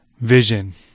vision